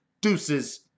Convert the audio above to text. deuces